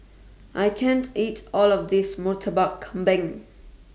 I can't eat All of This Murtabak Kambing